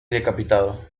decapitado